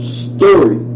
story